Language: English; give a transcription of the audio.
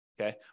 okay